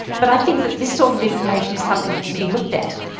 but i think that this sort of information is something that can be looked at.